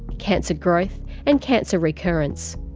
cancer growth and cancer recurrence.